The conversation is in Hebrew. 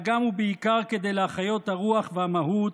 גם ובעיקר כדי להחיות את הרוח והמהות,